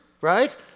right